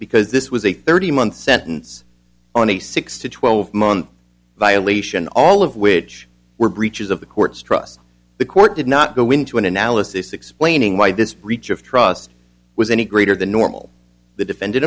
because this was a thirty month sentence on a six to twelve month violation all of which were breaches of the court's trust the court did not go into an analysis explaining why this breach of trust was any greater than normal the defend